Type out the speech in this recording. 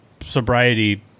Sobriety